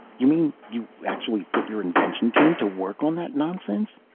you mean you actually put your invention team to work on that nonsense?